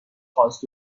خواست